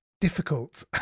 difficult